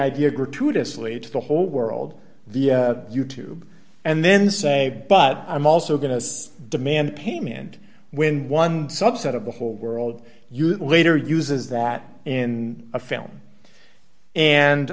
idea gratuitously to the whole world via you tube and then say but i'm also going to demand payment when one subset of the whole world youth leader uses that in a film and